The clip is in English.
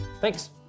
Thanks